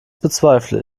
bezweifle